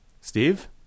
Steve